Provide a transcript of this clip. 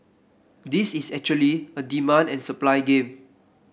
this is actually a demand and supply game